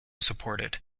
supported